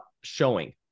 showing